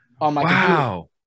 wow